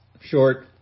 short